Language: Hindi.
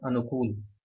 38 अनुकूल